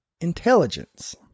intelligence